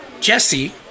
Jesse